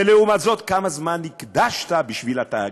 ולעומת זאת, כמה זמן הקדשת בשביל התאגיד,